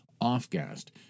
off-gassed